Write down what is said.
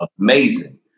amazing